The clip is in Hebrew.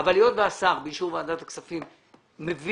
אבל היות והשר באישור ועדת הכספים מביא,